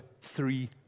three